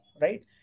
right